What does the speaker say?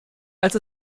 als